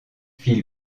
phil